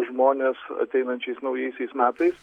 žmonės ateinančiais naujaisiais metais